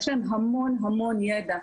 יש להם המון ידע.